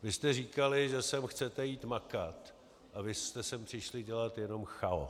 Vy jste říkali, že sem chcete jít makat, a vy jste sem přišli dělat jenom chaos.